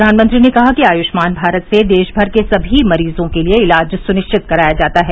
प्रधानमंत्री ने कहा कि आय्मान भारत से देश भर के सभी मरीजों के लिए इलाज सुनिश्चित कराया जाता है